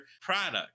product